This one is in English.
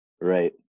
right